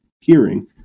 hearing